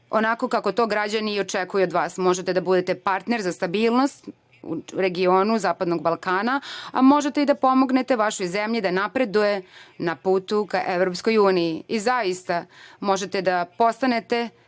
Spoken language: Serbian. onako kako to građani očekuju od vas. Možete da budete partner za stabilnost u regionu zapadnog Balkana, a možete i da pomognete vašoj zemlji da napreduje na putu ka EU. Zaista možete da postanete